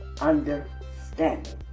understanding